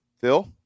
Phil